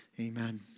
Amen